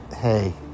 Hey